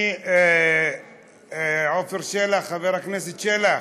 אני, עפר שלח, חבר הכנסת שלח,